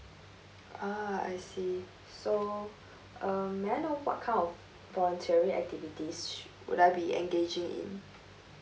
ah I see so um may I know what kind of voluntary activities would I be engaging in